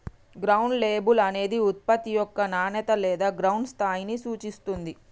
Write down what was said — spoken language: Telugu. గ్రౌండ్ లేబుల్ అనేది ఉత్పత్తి యొక్క నాణేత లేదా గ్రౌండ్ స్థాయిని సూచిత్తుంది